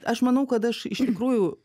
aš manau kad aš iš tikrųjų